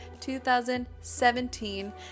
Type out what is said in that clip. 2017